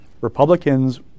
Republicans